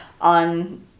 on